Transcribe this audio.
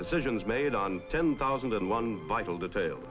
decisions made on ten thousand and one vital detail